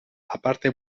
aparte